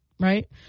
right